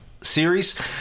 series